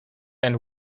and